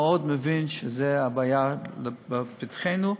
מבין היטב שזו הבעיה לפתחנו.